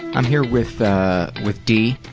i'm here with with d,